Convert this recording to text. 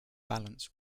balance